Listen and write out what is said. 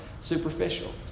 superficial